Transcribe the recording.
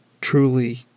truly